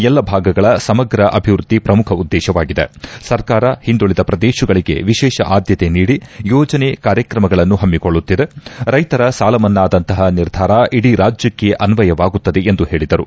ಎಲ್ಲ ಭಾಗಗಳ ಸಮಗ್ರ ಅಭಿವೃದ್ದಿ ಪ್ರಮುಖ ಉದ್ದೇಶವಾಗಿದೆ ಸರ್ಕಾರ ಹಿಂದುಳಿದ ಪ್ರದೇಶಗಳಿಗೆ ವಿಶೇಷ ಆದ್ದತೆ ನೀಡಿ ಯೋಜನೆ ಕಾರ್ಯತ್ರಮಗಳನ್ನು ಹಮ್ಮಿಕೊಳ್ಳುತ್ತಿದೆ ರೈತರ ಸಾಲಮನ್ನಾದಂತಹ ನಿರ್ಧಾರ ಇಡೀ ರಾಜ್ಯಕ್ಷ ಅನ್ನಯವಾಗುತ್ತದೆ ಎಂದು ಹೇಳದರು